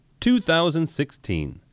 2016